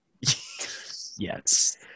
Yes